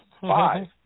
Five